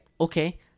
Okay